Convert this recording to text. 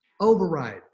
override